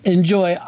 Enjoy